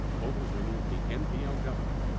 voters removed the npl governor,